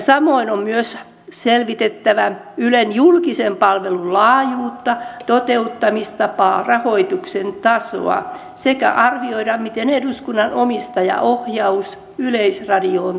samoin on myös selvitettävä ylen julkisen palvelun laajuutta toteuttamista rahoituksen tasoa sekä arvioida miten eduskunnan omistajaohjaus yleisradioon toteutetaan